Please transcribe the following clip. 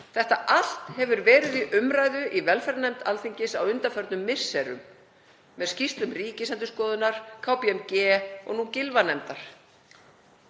Þetta hefur allt verið í umræðu í velferðarnefnd Alþingis á undanförnum misserum með skýrslum Ríkisendurskoðunar, KPMG og nú Gylfanefndar.